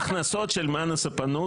ההכנסות של מנו ספנות,